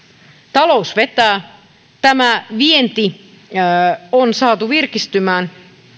talous vetää vienti on saatu virkistymään on